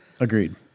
Agreed